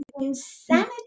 insanity